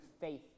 faith